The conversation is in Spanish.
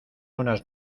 unas